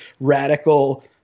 radical